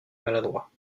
maladroit